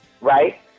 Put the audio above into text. right